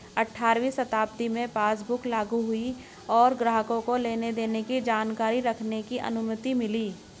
अठारहवीं शताब्दी में पासबुक लागु हुई और ग्राहकों को लेनदेन की जानकारी रखने की अनुमति मिली